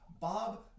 Bob